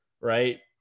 right